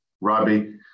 Robbie